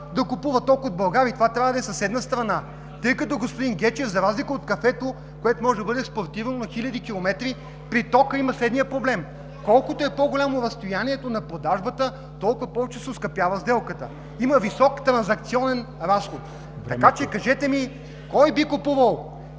да купува ток от България – и това трябва да е съседна страна, тъй като, господин Гечев, за разлика от кафето, което може да бъде експортирано на хиляди километри, при тока има следния проблем: колкото е по-голямо разстоянието на продажбата, толкова повече се оскъпява сделката. Има висок транзакционен разход. (Шум и реплики от